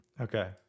Okay